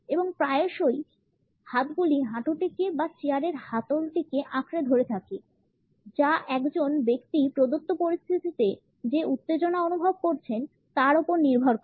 এবং প্রায়শই তার হাতগুলি হাঁটুটিকে বা চেয়ারের হাতলটিকে আঁকড়ে ধরে থাকে যা একজন ব্যক্তি প্রদত্ত পরিস্থিতিতে যে উত্তেজনা অনুভব করছেন তার উপর নির্ভর করে